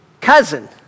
cousin